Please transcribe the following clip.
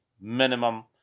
minimum